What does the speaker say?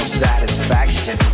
satisfaction